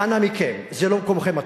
ואנא מכם, זה לא מקומכם הטבעי,